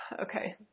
Okay